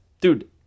dude